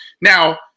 Now